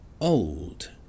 old